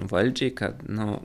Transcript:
valdžiai kad nu